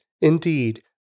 Indeed